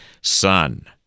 son